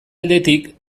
aldetik